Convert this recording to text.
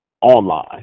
online